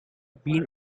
been